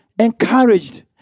encouraged